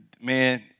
man